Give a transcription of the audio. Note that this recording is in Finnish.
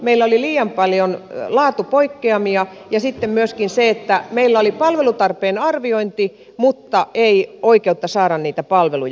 meillä oli liian paljon laatupoikkeamia ja sitten myöskin se että meillä oli palvelutarpeen arviointi mutta ei oikeutta saada niitä palveluja